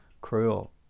cruel